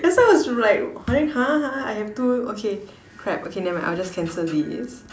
that's why I was like going !huh! !huh! I have two okay crap okay never mind I'll just cancel this